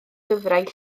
gyfraith